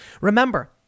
Remember